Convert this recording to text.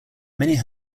many